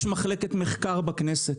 יש מחלקת מחקר בכנסת,